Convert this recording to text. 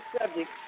subject